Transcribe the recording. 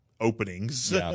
openings